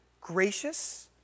gracious